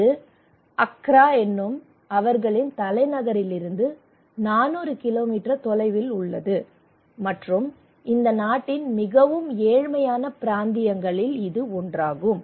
இது அக்ரா என்னும் அவர்களின் தலைநகரிலிருந்து நானூறு கிலோமீட்டர் தொலைவில் உள்ளது மற்றும் இந்த நாட்டின் மிகவும் ஏழ்மையான பிராந்தியங்களில் ஒன்றாகும்